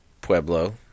Pueblo